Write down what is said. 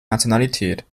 nationalität